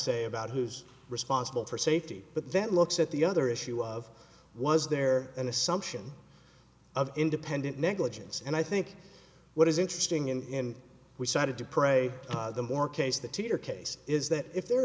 say about who's responsible for safety but then looks at the other issue of was there an assumption of independent negligence and i think what is interesting in we started to pray the more case the teeter case is that if there